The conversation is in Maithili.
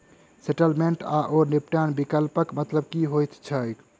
सेटलमेंट आओर निपटान विकल्पक मतलब की होइत छैक?